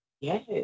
Yes